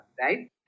right